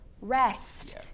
rest